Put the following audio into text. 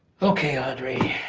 okay, audrey,